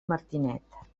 martinet